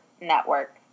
network